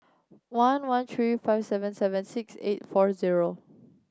one one three five seven seven six eight four zero